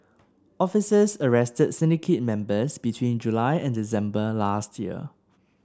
officers arrested syndicate members between July and December last year